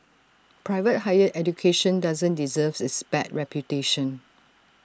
private higher education doesn't deserve its bad reputation